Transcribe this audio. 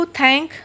thank